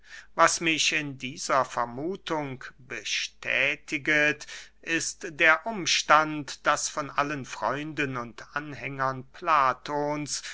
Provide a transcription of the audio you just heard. was mich in dieser vermuthung bestätiget ist der umstand daß von allen freunden und anhängern platons